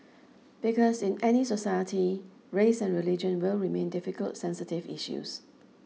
because in any society race and religion will remain difficult sensitive issues